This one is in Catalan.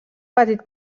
petit